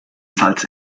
salz